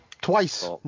twice